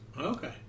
Okay